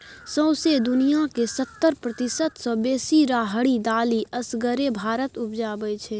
सौंसे दुनियाँक सत्तर प्रतिशत सँ बेसी राहरि दालि असगरे भारत उपजाबै छै